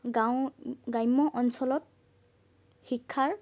গাঁও গ্ৰাম্য অঞ্চলত শিক্ষাৰ